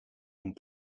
een